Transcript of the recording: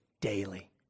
daily